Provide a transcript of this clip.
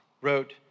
wrote